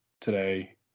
today